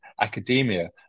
academia